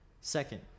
Second